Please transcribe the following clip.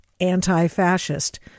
anti-fascist